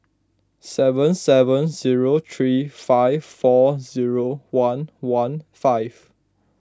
seven seven zero three five four zero one one five